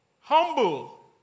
humble